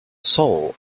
soul